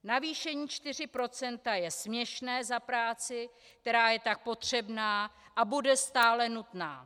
Navýšení 4 % je směšné za práci, která je tak potřebná a bude stále nutná.